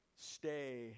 stay